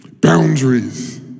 Boundaries